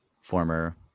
former